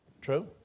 True